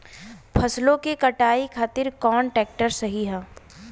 फसलों के कटाई खातिर कौन ट्रैक्टर सही ह?